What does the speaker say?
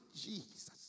Jesus